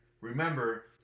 remember